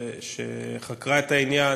שחקרה את העניין,